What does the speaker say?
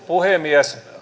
puhemies